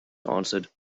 answered